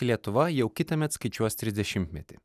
lietuva jau kitąmet skaičiuos trisdešimtmetį